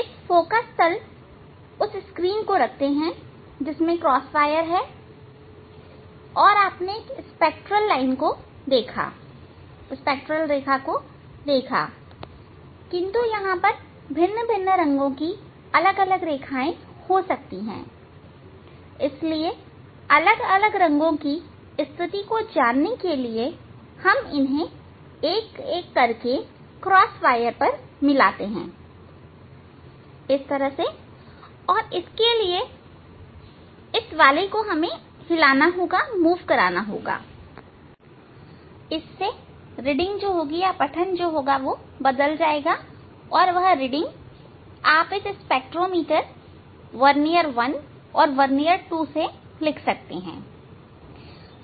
इस फोकल तल उस स्क्रीन को रखते हैं जिसमें क्रॉस वायर हैं और आपने एक स्पेक्ट्रल रेखा को देखा किंतु यहां भिन्न रंगों की अलग अलग रेखाएं हो सकती हैं इसलिए अलग अलग रंगों की स्थिति को जानने के लिए हम इन्हें एक एक करके इस क्रॉसवायर से मिलाते हैं और इसके लिए इस वाले को हमें हिलाना होगा इसकी रीडिंग बदल जाएगी और वह रीडिंग आप इस स्पेक्ट्रोमीटर वर्नियर 1 और वर्नियर 2 से लिख सकते हैं